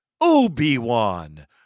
Obi-Wan